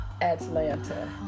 Atlanta